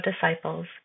disciples